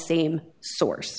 same source